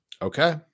Okay